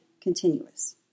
continuous